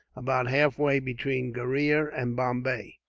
about half way between gheriah and bombay.